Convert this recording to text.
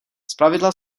zpravidla